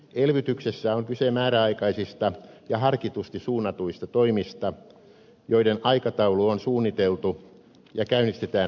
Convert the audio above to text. elvytyksessä on kyse määräaikaisista ja harkitusti suunnatuista toimista joiden aikataulu on suunniteltu ja jotka käynnistetään ripeästi